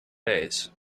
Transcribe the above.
days